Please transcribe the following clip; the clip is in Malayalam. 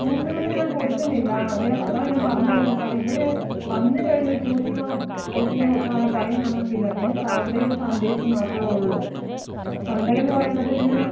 ട്യൂഷനൊന്നും ഞാൻ കൊടുക്കുന്നില്ല അത് അതാ ഞാൻ പറഞ്ഞ് വരുന്നത് സാറേ ഇവിടെ വന്ന് കഴിഞ്ഞ് ട്യൂഷനോ കോച്ചിംഗോ കൊടുക്കാൻ ടൈം നമുക്കില്ല പിന്നെ സാറ്റർഡേയ്സ് സൺഡേയ്സ് മാത്രമേ ഉള്ളൂ സൺഡേ എന്ന് പറയുമ്പത്തേക്കിന്